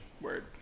Word